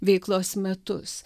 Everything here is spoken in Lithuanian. veiklos metus